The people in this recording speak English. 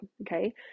okay